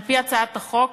על-פי הצעת החוק,